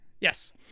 Yes